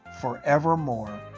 forevermore